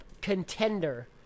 contender